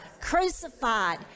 crucified